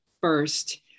first